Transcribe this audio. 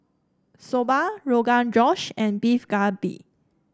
Soba Rogan Josh and Beef Galbi